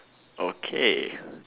okay